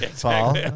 Paul